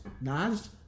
Nas